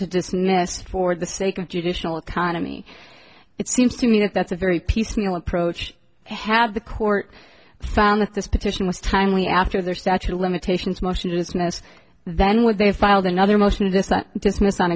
to dismiss for the sake of judicial economy it seems to me that that's a very piecemeal approach have the court found that this petition was timely after their statute of limitations motionlessness then would they have filed another motion in this that dismissed on